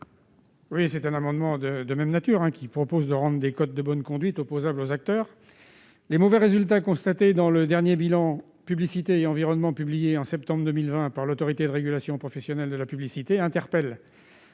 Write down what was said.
Cet amendement est de même nature que le précédent. Il vise à rendre les codes de bonne conduite opposables aux acteurs. Les mauvais résultats constatés dans le dernier « Bilan publicité et environnement » publié en septembre 2020 par l'Autorité de régulation professionnelle de la publicité interpellent.